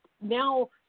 now